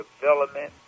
development